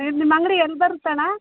ಈಗ ನಿಮ್ಮ ಅಂಗಡಿ ಎಲ್ಲಿ ಬರತ್ತೆ ಅಣ್ಣ